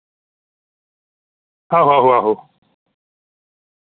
आहो आहो आहो